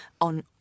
on